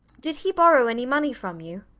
did he borrow any money from you?